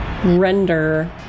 Render